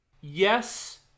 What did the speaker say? Yes